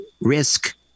risk